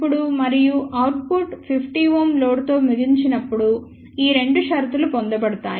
input మరియు output 50 Ω load తో ముగించబడినప్పుడు ఈ రెండు షరతులు పొందబడతాయి